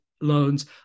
Loans